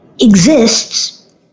exists